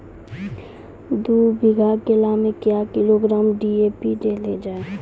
दू बीघा केला मैं क्या किलोग्राम डी.ए.पी देले जाय?